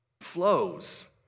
flows